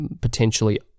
potentially